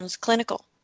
clinical